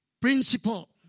principle